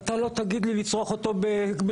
אתה לא תגיד לי לצרוך אותו בשמן.